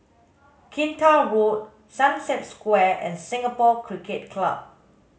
Kinta Road Sunset Square and Singapore Cricket Club